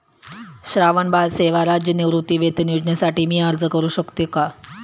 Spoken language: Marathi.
श्रावणबाळ सेवा राज्य निवृत्तीवेतन योजनेसाठी मी अर्ज करू शकतो का?